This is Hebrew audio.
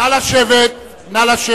נא לשבת.